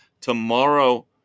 tomorrow